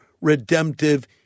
redemptive